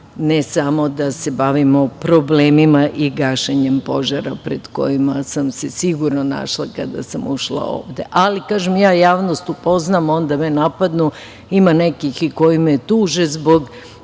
ne samo da se bavimo problemima i gašenjem požara pred kojima sam se sigurno našla kada sam ušla ovde. Ali, kažem, ja javnost upoznam, onda me napadnu, ima nekih i koji me tuže zbog